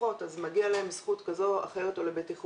פחות אז מגיע להם זכות כזו או אחרת לבטיחות.